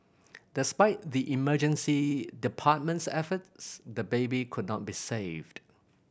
despite the emergency department's efforts the baby could not be saved